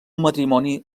matrimoni